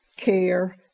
care